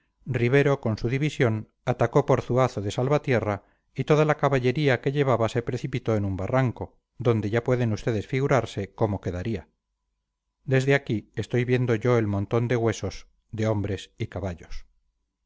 ribero con su división atacó por zuazo de salvatierra y toda la caballería que llevaba se precipitó en un barranco donde ya pueden ustedes figurarse cómo quedaría desde aquí estoy viendo yo el montón de huesos de hombres y caballos